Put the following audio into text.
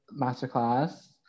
masterclass